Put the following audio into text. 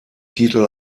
titel